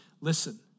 listen